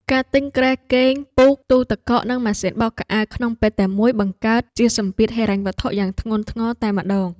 ការទិញគ្រែគេងពូកទូទឹកកកនិងម៉ាស៊ីនបោកខោអាវក្នុងពេលតែមួយបង្កើតជាសម្ពាធហិរញ្ញវត្ថុយ៉ាងធ្ងន់ធ្ងរតែម្ដង។